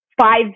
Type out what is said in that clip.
five